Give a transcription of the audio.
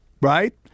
right